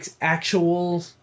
actual